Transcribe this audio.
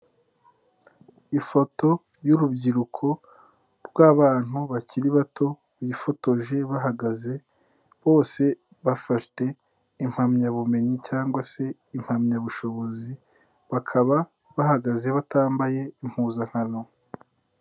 Ifoto y'urubyiruko rw'abantu bakiri bato, bifotoje bahagaze, bose bafite impamyabumenyi cyangwa se impamyabushobozi, bakaba bahagaze batambaye impuzankano.